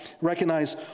recognize